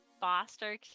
foster